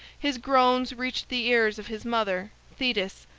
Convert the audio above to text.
his groans reached the ears of his mother, thetis,